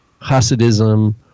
Hasidism